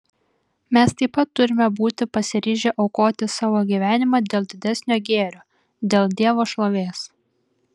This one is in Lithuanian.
mes taip pat turime būti pasiryžę aukoti savo gyvenimą dėl didesnio gėrio dėl dievo šlovės